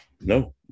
No